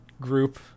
group